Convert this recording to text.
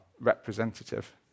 representative